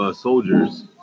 soldiers